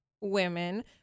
women